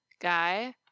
guy